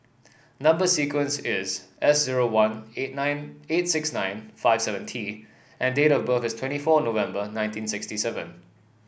number sequence is S zero one eight nine eight six nine five seven T and date of birth is twenty four November nineteen sixty seven